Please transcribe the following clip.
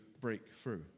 breakthrough